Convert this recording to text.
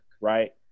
right